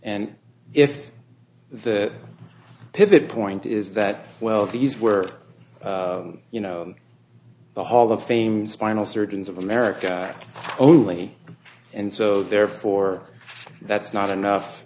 and if the pivot point is that well these were you know the hall of fame spinal surgeons of america only and so therefore that's not enough